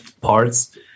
parts